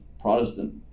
Protestant